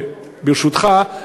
ברשותך,